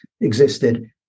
existed